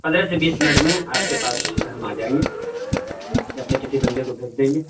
پندرہ سے بیس منٹ میں آپ کے پاس ہم آ جائیں گے یا اپنے کسی بندے کو بھیج دیں گے